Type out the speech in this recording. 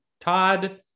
Todd